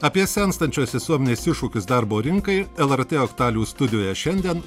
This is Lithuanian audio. apie senstančios visuomenės iššūkius darbo rinkai lrt aktualijų studijoje šiandien